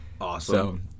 Awesome